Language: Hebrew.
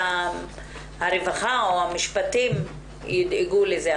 הרווחה או המשפטים ידאגו לזה.